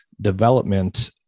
development